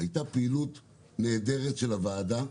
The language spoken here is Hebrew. הייתה פעילות נהדרת של הוועדה,